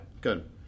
Good